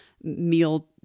meal